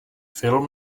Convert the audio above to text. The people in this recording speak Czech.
film